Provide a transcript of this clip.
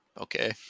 Okay